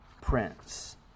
prince